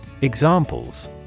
Examples